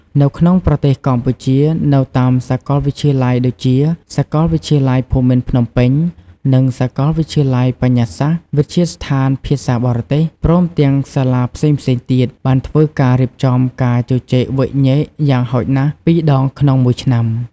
នៅក្នុងប្រទេសកម្ពុជា នៅតាមសាកលវិទ្យាល័យដូចជា សាកលវិទ្យាល័យភូមិន្ទភ្នំពេញ និងសាកលវិទ្យាល័យបញ្ញាសាស្ត្រ វិទ្យាស្ថានភាសាបរទេស ព្រមទាំងសាលាផ្សេងៗទៀត បានធ្វើការរៀបចំការជជែកវែកញែកយ៉ាងហោចណាស់២ដងក្នុងមួយឆ្នាំ។